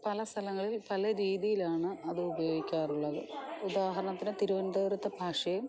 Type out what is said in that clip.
പല സ്ഥലങ്ങളിൽ പല രീതിയിലാണ് അത് ഉപയോഗിക്കാറുള്ളത് ഉദാഹരണത്തിന് തിരുവനന്തപുരത്തെ ഭാഷയും